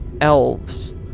Elves